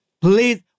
Please